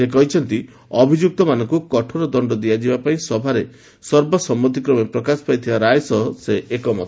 ସେ କହିଛନ୍ତି ଅଭିଯୁକ୍ତମାନଙ୍କୁ କଠୋର ଦଶ୍ଚ ଦିଆଯିବା ପାଇଁ ସଭାରେ ସର୍ବସମ୍ମତିକ୍ରମେ ପ୍ରକାଶ ପାଇଥିବା ରାୟ ସହ ସେ ଏକମତ